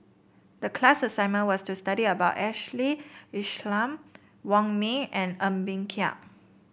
the class assignment was to study about Ashley Isham Wong Ming and Ng Bee Kia